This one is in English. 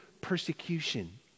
persecution